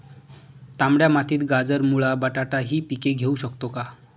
तांबड्या मातीत गाजर, मुळा, बटाटा हि पिके घेऊ शकतो का?